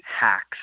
hacks